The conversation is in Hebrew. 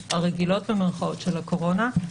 במירכאות, של הקורונה.